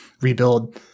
rebuild